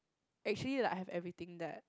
actually like I have everything that